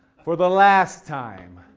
for the last time.